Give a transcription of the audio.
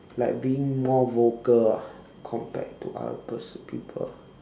like being more vocal ah compared to other pers~ people